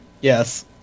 Yes